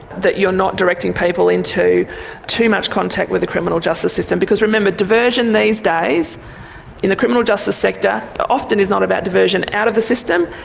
that you're not directing people into too much contact with the criminal justice system. because remember diversion these days in the criminal justice sector often is not about diversion out of the system,